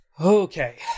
Okay